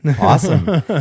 Awesome